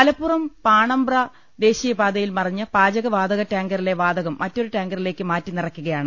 മലപ്പുറം പാണമ്പ്ര ദേശീയപാതയിൽ മറിഞ്ഞ പാചകവാ തക ടാങ്കറിലെ വാതകം മറ്റൊരു ടാങ്കറിലേക്ക് മാറ്റിനിറയ്ക്കു കയാണ്